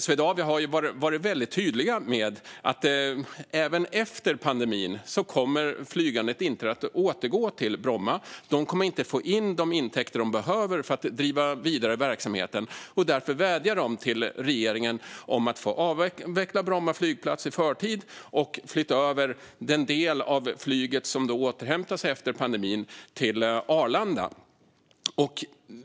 Swedavia har varit väldigt tydliga med att flygandet inte kommer att återgå till Bromma efter pandemin. De kommer inte att få in de intäkter de behöver för att driva vidare verksamheten. Därför vädjar de till regeringen om att få avveckla Bromma flygplats i förtid och flytta över den del av flyget som återhämtar sig efter pandemin till Arlanda.